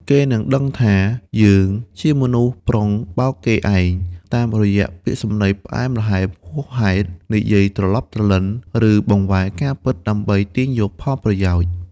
គេនឹងដឹងថា យើងជាមនុស្សប្រុងបោកគេឯង តាមរយះពាក្យសម្ដីផ្អែមល្ហែមហួសហេតុ និយាយត្រឡប់ត្រលិន ឬបង្វែរការពិតដើម្បីទាញយកផលប្រយោជន៍។